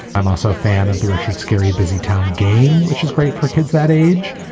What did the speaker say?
i'm also a fan of the richard scarey busy town game, which is great for kids that age,